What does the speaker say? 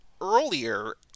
earlier